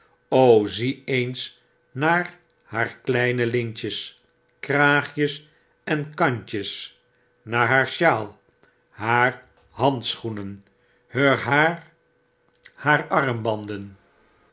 zie eens naar haar kleine lintjes kraagjes en kantjes naar haar sjaal haar handschoenen heur haar haar armbanden